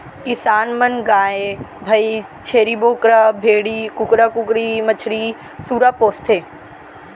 किसान मन गाय भईंस, छेरी बोकरा, भेड़ी, कुकरा कुकरी, मछरी, सूरा पोसथें